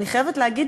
אני חייבת להגיד,